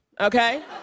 okay